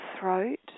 throat